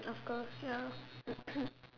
of course ya of course